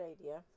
idea